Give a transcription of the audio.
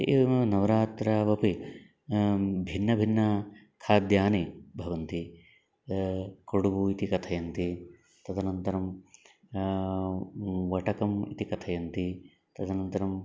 एवमेव नवरात्रावपि भिन्नभिन्नखाद्यानि भवन्ति कडुबु इति कथयन्ति तदनन्तरं वटकम् इति कथयन्ति तदनन्तरं